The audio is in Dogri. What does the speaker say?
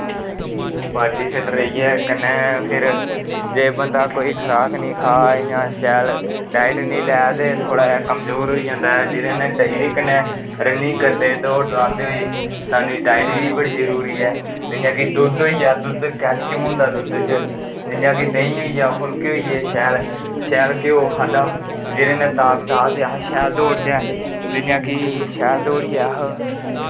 बॉड्डी फिट्ट रेहियै कन्नै फिर जे कोई बंदा खराक नी खा इयां डाईट नी लै ते थोह्ड़ा जा कमजोर होई जंदा ऐ एह्दे कन्नै रनिंग करदैं दौड़ लांदे होई साह्नू डाईट बी बड़ी जरूरी ऐ जियां कि दुध्द होई कैलशियम होंदा दुद्दै च जियां कि देंही होईया फुल्के होईये शैल शैल घ्यो खाद्दा जेह्दै नै ताकत आ ते अस शैल दौड़चै जियां कि सैल दौड़ियै अस